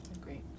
Great